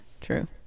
true